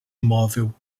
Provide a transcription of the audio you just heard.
móvel